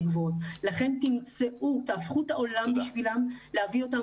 לכן צריך להפוך את העולם בשבילם כדי למצוא דרך להביא אותם